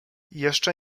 jeszcze